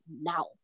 now